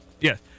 Yes